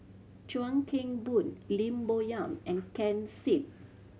Chuan Keng Boon Lim Bo Yam and Ken Seet